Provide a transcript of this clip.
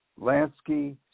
Lansky